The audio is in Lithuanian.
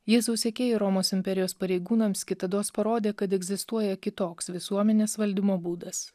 jėzaus sekėjai romos imperijos pareigūnams kitados parodė kad egzistuoja kitoks visuomenės valdymo būdas